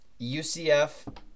UCF